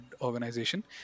organization